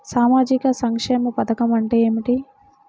సామాజిక సంక్షేమ పథకం అంటే ఏమిటి?